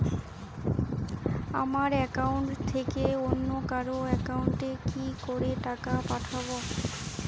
আমার একাউন্ট থেকে অন্য কারো একাউন্ট এ কি করে টাকা পাঠাবো?